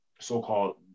so-called